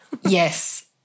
Yes